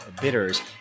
bitters